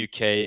UK